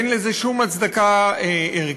אין לזה שום הצדקה ערכית,